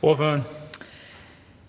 Kl.